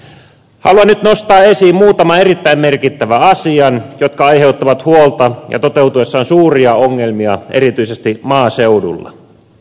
haluan nyt nostaa esiin muutaman erittäin merkittävän asian jotka aiheuttavat huolta ja toteutuessaan suuria ongelmia erityisesti maaseudulla